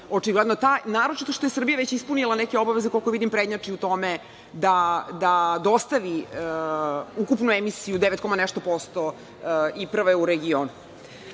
očigledno ta, naročito što je Srbija već ispunila neke obaveze, koliko vidim, prednjači u tome da dostavi ukupnu emisiju oko devet posto i prva je